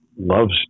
loves